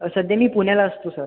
सध्या मी पुण्याला असतो सर